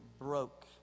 broke